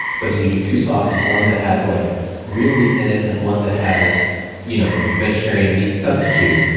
but then you do two sauces, one that has like real meat in it and one that has you know vegetarian meat substitute.